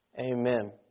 Amen